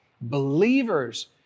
believers